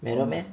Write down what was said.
medal meh